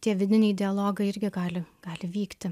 tie vidiniai dialogai irgi gali gali vykti